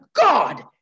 God